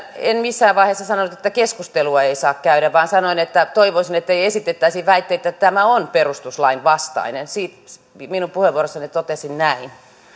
en missään vaiheessa sanonut että keskustelua ei saa käydä vaan sanoin että toivoisin ettei esitettäisi väitteitä että tämä on perustuslain vastainen puheenvuorossani totesin näin